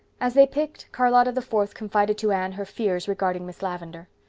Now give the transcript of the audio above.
as they picked, charlotta the fourth confided to anne her fears regarding miss lavendar.